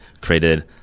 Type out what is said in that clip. created